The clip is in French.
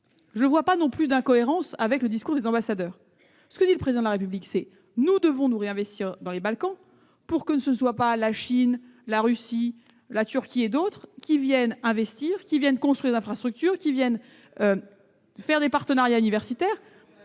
Je ne vois pas non plus d'incohérence avec le discours des ambassadeurs. Le Président de la République a déclaré que nous devions nous réinvestir dans les Balkans pour que ce ne soit pas la Chine, la Russie, la Turquie et d'autres qui viennent investir, construire des infrastructures, conclure des partenariats universitaires.